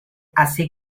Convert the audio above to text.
así